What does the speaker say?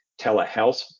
telehealth